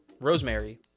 Rosemary